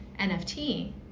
NFT